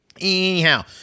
anyhow